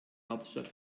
hauptstadt